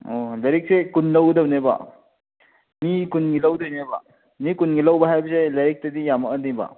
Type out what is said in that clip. ꯑꯣ ꯂꯥꯏꯔꯤꯛꯁꯦ ꯀꯨꯟ ꯂꯧꯒꯗꯕꯅꯦꯕ ꯃꯤ ꯀꯨꯟꯒꯤ ꯂꯧꯗꯣꯏꯅꯦꯕ ꯃꯤ ꯀꯨꯟꯒꯤ ꯂꯧꯕ ꯍꯥꯏꯕꯁꯦ ꯂꯥꯏꯔꯤꯛꯇꯗꯤ ꯌꯥꯝꯃꯛꯑꯅꯦꯕ